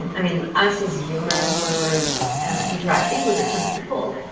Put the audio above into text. i mean us as humans when we're interacting with different people.